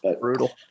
Brutal